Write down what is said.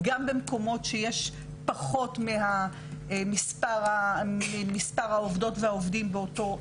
גם במקומות שיש פחות ממספר העובדות והעובדים באותו ארגון.